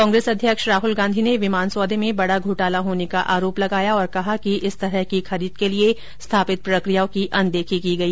कांग्रेस अध्यक्ष राहल गांधी ने विमान सौदे में बड़ा घोटाला होने का आरोप लगाया और कहा कि इस तरह की खरीद के लिए स्थापित प्रक्रियाओं की अनदेखी की गई